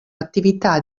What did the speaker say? attività